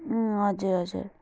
अँ हजुर हजुर